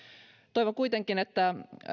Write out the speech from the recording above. toivon kuitenkin että